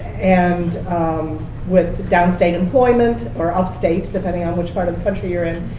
and with the down-state employment, or up-state, depending on which part of the country you're in,